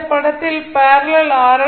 இந்த படத்தில் parallel R